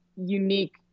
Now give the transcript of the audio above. unique